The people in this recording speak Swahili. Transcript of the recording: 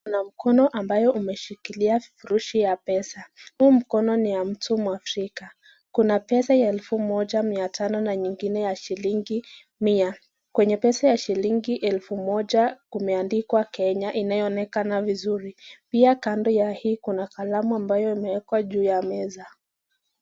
Kuna mkono ambayo umeshikilia vifurushi ya pesa, huu mkono ni ya mtu muafrika ,kuna pesa ya elfu moja mia tano na nyingine ya shilingi mia, kwenye pesa ya shilingi elfu moja kumeandikwa Kenya inayoonekana vizuri pia kando ya hii kuna kalamu ambayo imewekwa juu meza.